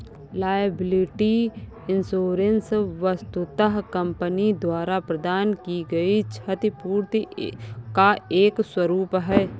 liability insurance वस्तुतः company द्वारा प्रदान की गई क्षतिपूर्ति का एक स्वरूप है